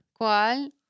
¿Cuál